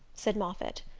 said moffatt.